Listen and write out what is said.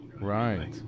Right